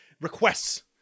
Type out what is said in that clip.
requests